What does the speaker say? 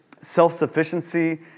self-sufficiency